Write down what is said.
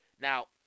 Now